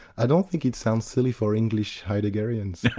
i don't think it sounds silly for english heideggerians. yeah